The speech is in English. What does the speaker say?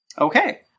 Okay